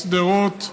משדרות,